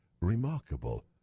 remarkable